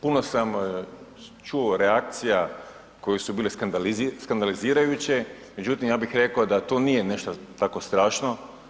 Puno sam čuo reakcija koje su bile skandalizirajuće, međutim ja bih rekao da to nije nešto tako strašno.